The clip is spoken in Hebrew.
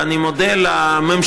ואני מודה לממשלה,